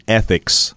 ethics